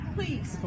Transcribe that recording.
Please